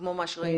כמו מה שראינו?